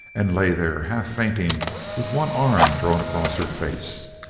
and lay there half fainting with one arm thrown across her face.